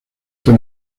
fue